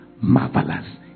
marvelous